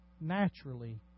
naturally